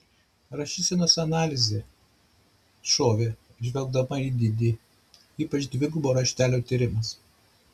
rašysenos analizė šovė žvelgdama į didi ypač dvigubo raštelio tyrimas